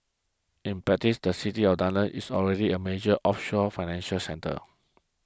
in practice the city of London is already a major offshore financial centre